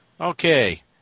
Okay